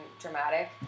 dramatic